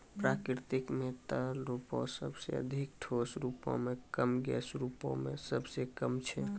प्रकृति म तरल रूप सबसें अधिक, ठोस रूपो म कम, गैस रूपो म सबसे कम छै